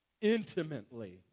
intimately